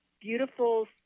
beautiful